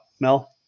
Mel